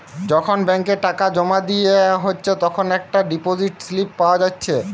যখন ব্যাংকে টাকা জোমা দিয়া হচ্ছে তখন একটা ডিপোসিট স্লিপ পাওয়া যাচ্ছে